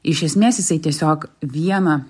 iš esmės jisai tiesiog vieną